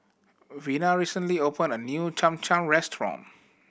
Vina recently opened a new Cham Cham restaurant